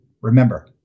remember